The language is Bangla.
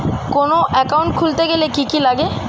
কোন একাউন্ট খুলতে গেলে কি কি লাগে?